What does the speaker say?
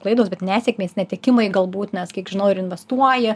klaidos bet nesėkmės netekimai galbūt nes kiek žinau ir investuoji